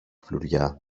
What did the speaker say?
φλουριά